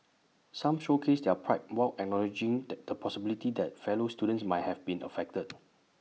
some showcased their pride while acknowledging the the possibility that fellow students might have been affected